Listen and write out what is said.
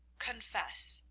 confess,